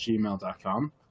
gmail.com